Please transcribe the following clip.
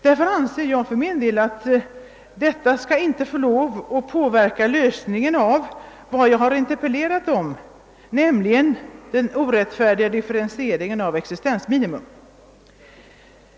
Därför anser jag för min del att den inte skall få lov att påverka lösningen av vad jag har interpellerat om, nämligen den orättfärdiga differentieringen av existensminimum.